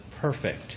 perfect